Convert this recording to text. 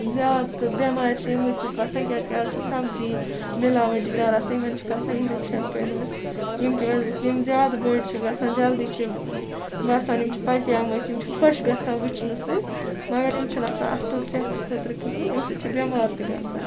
زیادٕ بیٚمارِ چھِ یِموٕے سۭتۍ گَژھان کیازکہِ آز چھِ سَبزی مِلاوٹی دار آسان یِمَن چھِکھ آسان اِنجکشَن کٔرمِتۍ یمکہِ وَجہہ سۭتۍ یِم زیادٕ بٔڑ چھِ گَژھان جَلدی چھِ باسان یِم چھِ پَپیےمٕتۍ یِم چھِ خۄش گَژھان وٕچھنہٕ سۭتۍ مَگَر یِم چھِنہٕ آسان اَصل صحتہٕ خٲطرٕ کہیٖنۍ امہِ سۭتۍ چھِ بیٚمار تہِ گَژھان